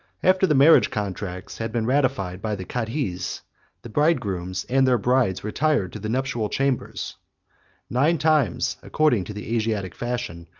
after the marriage contracts had been ratified by the cadhis, the bride-grooms and their brides retired to the nuptial chambers nine times, according to the asiatic fashion,